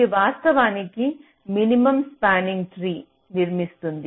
ఇది వాస్తవానికి minimum spanning tree నిర్మిస్తుంది